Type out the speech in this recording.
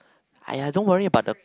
!aiya! don't worry about the